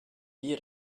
die